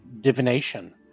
Divination